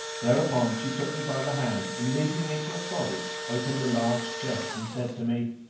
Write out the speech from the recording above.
thereupon she took me by the hand and, leading me to a closet, opened a large chest and said to me,